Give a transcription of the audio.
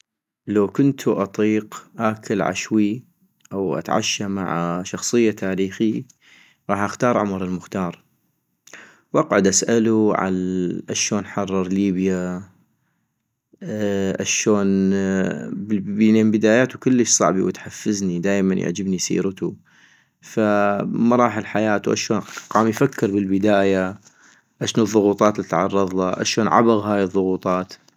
لو كنتو اطيق اكل عشوي أو اتعشى مع شخصية تاريخي غاح اختار عمر المختار - واقعد اسألو عن اشون حرر ليبيا اشون، لان بداياتو كلش صعبي وتحفزني دائما يعجبني سيرتو، مراحل حياتو اشون كان يفكر بالبداية ؟ اشنو الضغوطات الي تعرضلا ، اشون عبغ هاي الضغوطات